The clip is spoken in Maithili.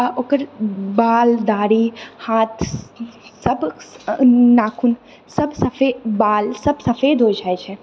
आओर ओकर बाल दाढ़ी हाथसब नाखूनसब बालसब सफेद हो जाइ छै